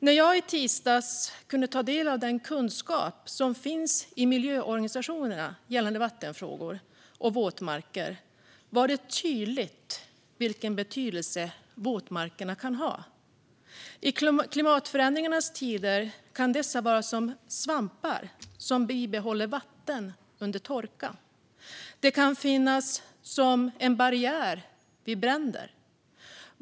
När jag i tisdags kunde ta del av den kunskap som finns i miljöorganisationerna gällande vattenfrågor och våtmarker var det tydligt vilken betydelse som våtmarkerna kan ha. I klimatförändringens tider kan dessa vara som svampar som bibehåller vatten under torka. De kan finnas som en barriär vid bränder.